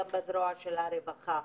יהיה ניצול יותר גדול של העובדים והעובדות.